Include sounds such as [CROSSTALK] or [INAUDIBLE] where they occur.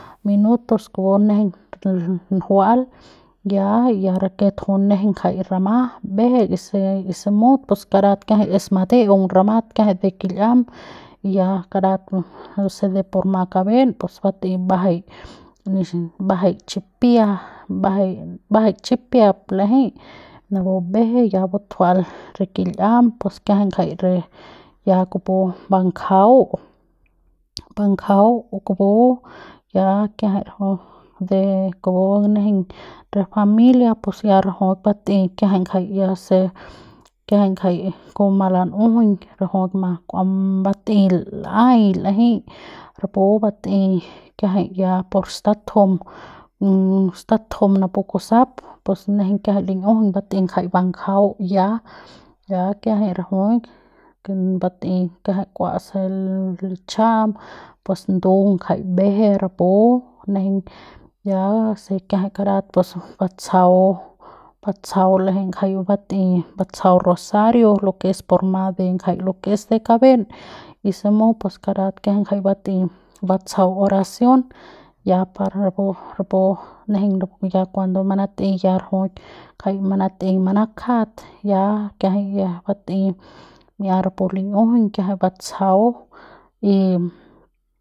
Minutos kupu nejeiñ njual ya ya raket juy nejeiñ ngajay rama mbeje y se se mut pus karat [NOISE] kiajay es mateung ramat [NOISE] kiajay de kil'iam ya karat se por ma kaben pus bat'ey mbajay mbajay chipia mbajay chipiap l'ejey ya mbeje ya butjual kil'iam pus kiajay [NOISE] ya kupu bangjau banjau kupu ya kiajay rajuik de kupu nejeiñ re familia pus ya rajuik bat'ey kiajay ngajay ya se kiajay ngajay malan'ujuñ rajuik bat'ey l'ay y l'ejey rapu bat'ey kiajay ya por statujum [HESITATION] statujum napu kusap pus nejeiñ [NOISE] kiajay lin'iujuñ bat'ey ngajay banjau ya ya kiajay rajuik bat'ey kiajay kuase lichajam pus ndung ngajay mbeje rapu jay nejeiñ ya se kiajay karat pus batsajau batsajau l'ejey ngajay bat'ey batsajau rosario lo que es ngajay ma lo que es de kaben y se mut pus kara kiajay ngajay bat'ey batsajau oracion y par rapu rapu nejeiñ ya cuando manat'ey ya rajuik ngajay manat'ey manakjat ya kiajay ya bat'ey ya rapu lin'iujuñ batsajau y.